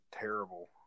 terrible